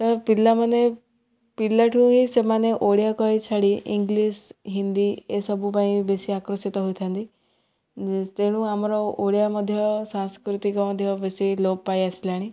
ତ ପିଲାମାନେ ପିଲାଠୁ ହିଁ ସେମାନେ ଓଡ଼ିଆ କହି ଛାଡ଼ି ଇଂଲିଶ ହିନ୍ଦୀ ଏସବୁ ପାଇଁ ବେଶୀ ଆକର୍ଷିତ ହୋଇଥାନ୍ତି ତେଣୁ ଆମର ଓଡ଼ିଆ ମଧ୍ୟ ସାଂସ୍କୃତିକ ମଧ୍ୟ ବେଶୀ ଲୋପ ପାଇ ଆସିଲାଣି